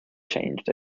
changed